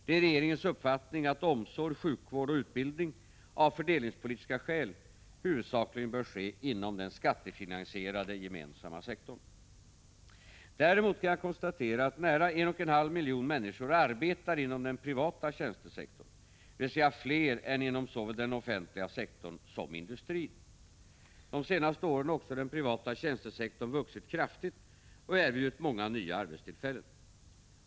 Det är regeringens uppfattning att omsorg, sjukvård och utbildning av fördelningspolitiska skäl bör ske huvudsakligen inom den skattefinansierade gemensamma sektorn. Däremot kan jag konstatera att nära 1,5 miljoner människor arbetar inom den privata tjänstesektorn, dvs. fler än inom såväl den offentliga sektorn som industrin. De senaste åren har också den privata tjänstesektorn vuxit kraftigt och erbjudit många nya arbetstillfällen.